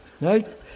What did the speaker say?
Right